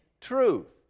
truth